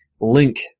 link